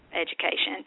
education